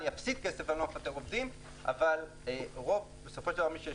יפסידו כסף, אבל לא יפטרו עובדים.